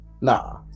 nah